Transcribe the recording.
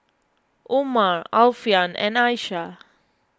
Umar Alfian and Aisyah